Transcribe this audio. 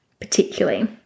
particularly